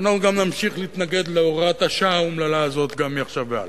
ואנחנו גם נמשיך להתנגד להוראת השעה האומללה הזאת מעכשיו והלאה,